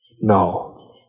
No